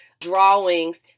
drawings